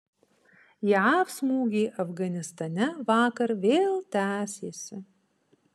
jav smūgiai afganistane vakar vėl tęsėsi